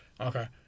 Okay